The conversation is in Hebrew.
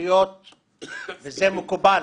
וזה מקובל